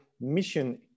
mission